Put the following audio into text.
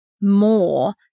more